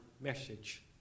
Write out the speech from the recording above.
message